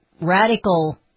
radical